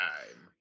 Time